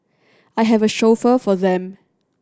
I have a chauffeur for them